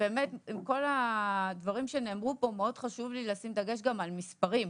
כל הדברים שנאמרו פה מאוד חשוב לי לשים דגש על מספרים,